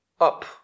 up